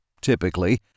Typically